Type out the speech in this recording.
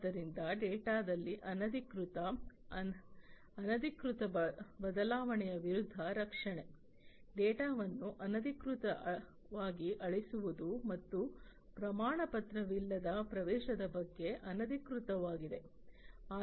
ಆದ್ದರಿಂದ ಡೇಟಾದಲ್ಲಿ ಅನಧಿಕೃತ ಅನಧಿಕೃತ ಬದಲಾವಣೆಯ ವಿರುದ್ಧ ರಕ್ಷಣೆ ಡೇಟಾವನ್ನು ಅನಧಿಕೃತವಾಗಿ ಅಳಿಸುವುದು ಮತ್ತು ಪ್ರಮಾಣಪತ್ರ ವಿಲ್ಲದ ಪ್ರವೇಶದ ಮೇಲೆ ಅನಧಿಕೃತವಾಗಿದೆ